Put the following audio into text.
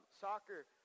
soccer